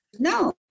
No